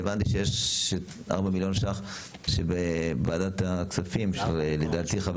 והבנתי שיש 4 מיליון ש"ח שוועדת הכספים שלדעתי חבר